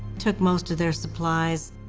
took most of their supplies,